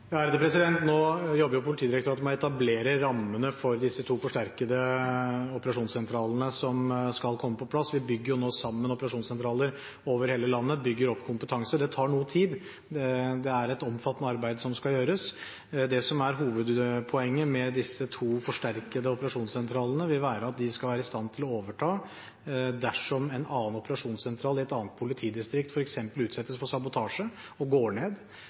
Nå jobber jo Politidirektoratet med å etablere rammene for disse to forsterkede operasjonssentralene som skal komme på plass. Vi bygger nå sammen operasjonssentraler over hele landet, og vi bygger opp kompetanse. Det tar noe tid. Det er et omfattende arbeid som skal gjøres. Det som er hovedpoenget med disse to forsterkede operasjonssentralene, er at de skal være i stand til å overta dersom en annen operasjonssentral i et annet politidistrikt f.eks. utsettes for sabotasje og går ned.